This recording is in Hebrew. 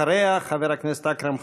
אחריה, חבר הכנסת אכרם חסון.